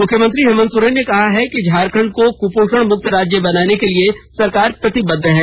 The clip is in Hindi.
मुख्यमंत्री हेमंत सोरेन ने कहा है कि झारखण्ड को कुपोषण मुक्त राज्य बनाने के लिए सरकार प्रतिबद्ध हैं